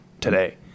today